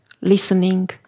listening